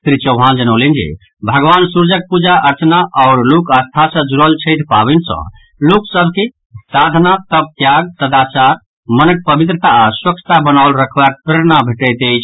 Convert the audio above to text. श्री चौहान जनौलनि जे भगवान सूर्यक प्रजा अर्चना आओर लोक आस्था सँ जुड़ल छठि पावनि सँ लोक सभ के साधना तप त्याग सदाचार मनक पवित्रता आ स्वच्छता बनाओल राखबाक प्रेरणा भेटैत अछि